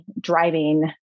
driving